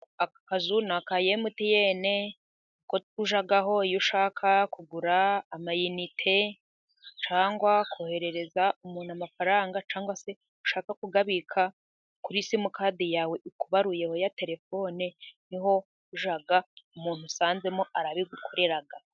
Aka kazu ni aka emutiyene，ni ko tujyaho，iyo ushaka kugura amayinite，cyangwa koherereza umuntu amafaranga， cyangwa se ushaka kuyabika kuri simukadi yawe，ikubaruyeho，ya terefone，niho ujya， umuntu usanzemo arabigukorera.